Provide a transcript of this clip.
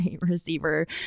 receiver